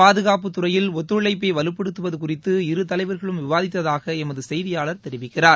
பாதுகாப்புத்துறையில் ஒத்தழைப்பை வலுப்படுத்துவது குறித்து இரு தலைவர்களும் விவாதித்ததாக எமது செய்தியாளர் தெரிவிக்கிறார்